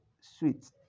sweet